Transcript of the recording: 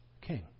king